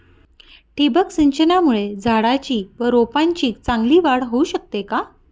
ठिबक सिंचनामुळे झाडाची व रोपांची चांगली वाढ होऊ शकते का?